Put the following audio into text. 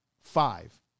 five